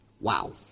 Wow